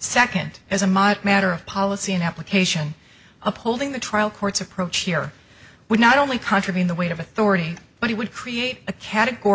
second as a model matter of policy an application upholding the trial court's approach here would not only contravene the weight of authority but it would create a categor